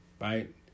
Right